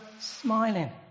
smiling